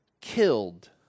killed